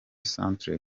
centre